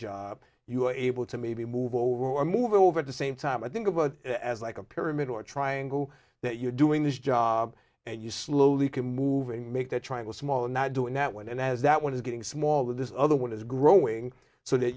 job you are able to maybe move over or move over the same time i think about as like a pyramid or triangle that you're doing this job and you slowly can move in make the triangle smaller not doing that one and as that one is getting smaller this other one is growing so that